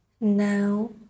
Now